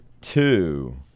two